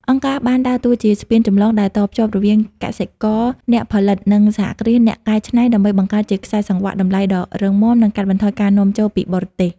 អង្គការបានដើរតួជាស្ពានចម្លងដែលតភ្ជាប់រវាង "កសិករអ្នកផលិត" និង "សហគ្រាសអ្នកកែច្នៃ" ដើម្បីបង្កើតជាខ្សែសង្វាក់តម្លៃដ៏រឹងមាំ និងកាត់បន្ថយការនាំចូលពីបរទេស។